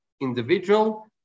individual